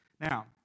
Now